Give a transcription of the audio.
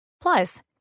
Plus